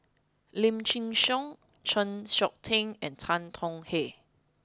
Lim Chin Siong Chng Seok Tin and Tan Tong Hye